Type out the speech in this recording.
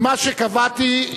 מה שקבעתי,